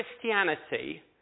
Christianity